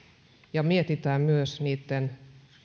ja mietitään myös niitten